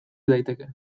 daiteke